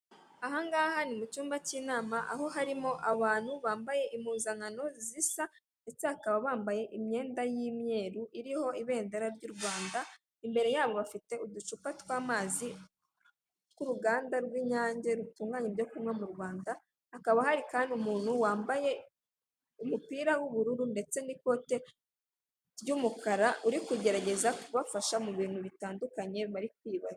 Aha ngaha ni mu cyumba cy'inama aho harimo abantu bambaye impuzankano, zisa ndetse bakaba bambaye imyenda y'imyeru iriho ibendera ry'u rwanda imbere ya bo bafite uducupa tw'amazi tw'uruganda rw'inyange rutunganya ibyo kunywa mu rwanda, hakaba hari kandi umuntu wambaye umupira w'ubururu ndetse n'ikote ry'umukara uri kugerageza kubafasha mu bintu bitandukanye bari kwiga.